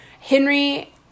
Henry